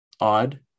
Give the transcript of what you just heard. odd